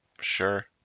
sure